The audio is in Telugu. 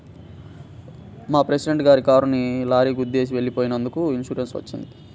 మా ప్రెసిడెంట్ గారి కారుని లారీ గుద్దేసి వెళ్ళిపోయినందుకు ఇన్సూరెన్స్ వచ్చింది